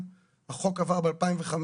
שהחוק עבר ב-2005,